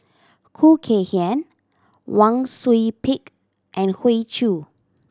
Khoo Kay Hian Wang Sui Pick and Hoey Choo